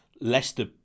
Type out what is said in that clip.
Leicester